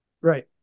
right